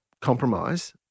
compromise